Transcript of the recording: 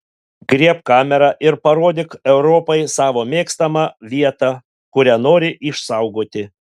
griebk kamerą ir parodyk europai savo mėgstamą vietą kurią nori išsaugoti